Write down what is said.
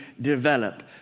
develop